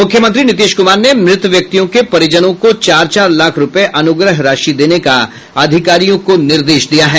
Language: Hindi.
मुख्यमंत्री नीतीश कुमार ने मृत व्यक्तियों के परिजनों को चार चार लाख रूपये अनुग्रह राशि देने का अधिकारियों को निर्देश दिया है